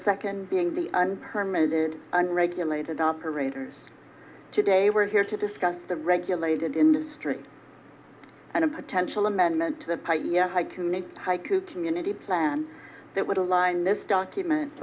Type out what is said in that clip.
second being the permanent unregulated operators today we're here to discuss the regulated industry and a potential amendment to the haiku community plan that would align this document